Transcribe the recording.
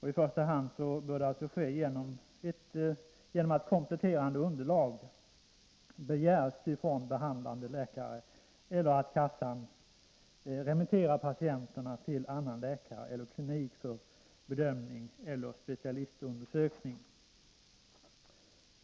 I första hand bör det ske genom att kompletterande underlag begärs från den behandlande läkaren eller genom att kassan remitterar patienten till annan läkare eller klinik för bedömning eller specialistundersökning.